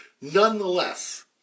Nonetheless